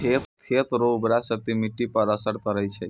खेत रो उर्वराशक्ति मिट्टी पर असर करै छै